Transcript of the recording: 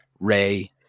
Ray